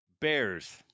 bears